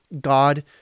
God